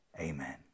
Amen